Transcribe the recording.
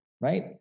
right